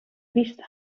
vista